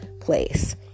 place